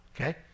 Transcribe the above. okay